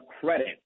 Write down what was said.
credit